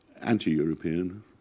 anti-European